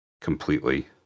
completely